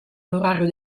onorario